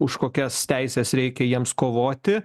už kokias teises reikia jiems kovoti